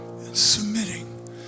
submitting